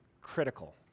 critical